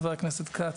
חבר הכנסת כץ,